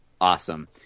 Awesome